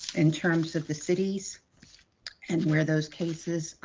in terms of the cities and where those cases